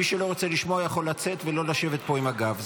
מי שלא רוצה לשמוע, יכול לצאת ולא לשבת פה עם הגב.